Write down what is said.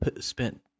spent